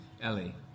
Ellie